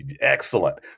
excellent